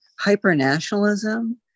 hypernationalism